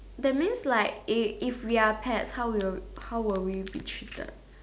that means like if if we are pets how we'll how will we be treated